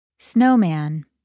Snowman